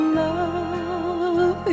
love